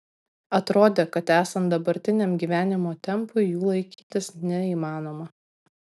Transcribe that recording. atrodė kad esant dabartiniam gyvenimo tempui jų laikytis neįmanoma